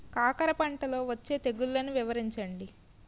కాకర పంటలో వచ్చే తెగుళ్లను వివరించండి?